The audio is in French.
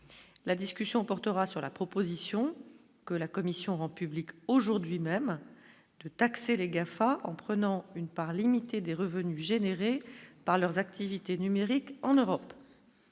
la discussion portera sur la proposition que la commission rend public aujourd'hui même de taxer les GAFA en prenant une part limitée des revenus générés par leurs activités numériques en Europe.